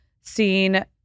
seen